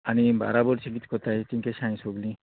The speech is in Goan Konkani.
आनी बाराबोरचीं कितें कोत्ताय केशीं आहाय सोगलीं